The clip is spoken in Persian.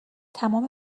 تمام